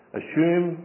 assume